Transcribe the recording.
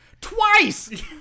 twice